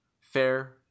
fair